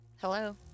Hello